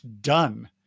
done